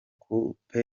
coup